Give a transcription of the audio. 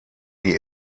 die